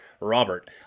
Robert